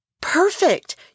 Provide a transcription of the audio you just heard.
perfect